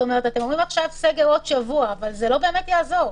אתם אומרים עכשיו "סגר לעוד שבוע" אבל זה לא באמת יעזור.